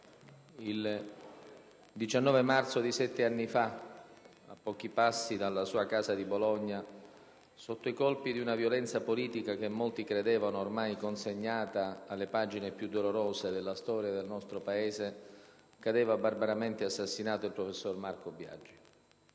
il 19 marzo di sette anni fa, a pochi passi dalla sua casa di Bologna, sotto i colpi di una violenza politica che molti credevano ormai consegnata alle pagine più dolorose della storia del nostro Paese, cadeva barbaramente assassinato il professor Marco Biagi.